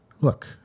Look